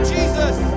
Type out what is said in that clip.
Jesus